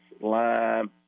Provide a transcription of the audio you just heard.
lime